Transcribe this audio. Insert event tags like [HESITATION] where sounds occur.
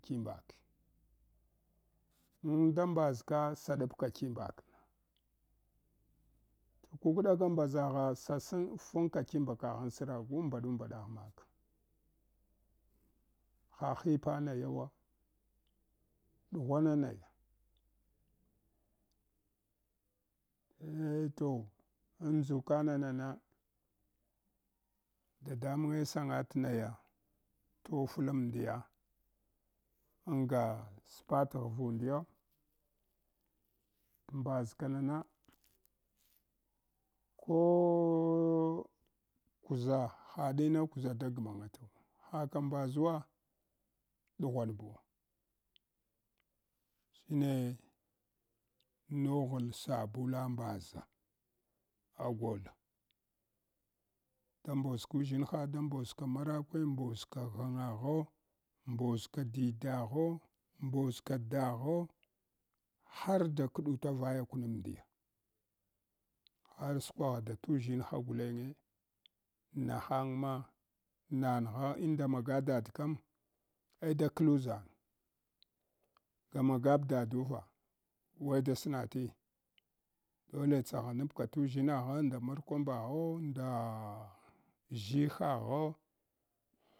Kimbak [HESITATION] kukɗaka mbaʒagh sasam fangka kimbakaghan sra gu mbadu mbaɗagh mak hai hipa nayawa ɗughwana naya eh toh amdʒuka nana na dadamange snagat naya toflamdiya anga spat ghvundiya tmbaʒka na na ko kuʒa haɗina kuʒa da gmangatan haka mbaʒuwa ɗughwanbu shine noghl sabula mbaʒa agola da mboʒkushinha da mboʒka marakwe, mboʒka ghangagho, mboʒka didagho, mboʒ ka daghe har da kɗuta vayaw namdiya har ekwagha da tuʒshinda gulong nahang ma nangha und maga dad kam eh da klu ʒang ga magah dada kam weh da shati? Dah tsaghanapka tuʒshimagha, nda man kwanbagho ndah ʒshih-hagho.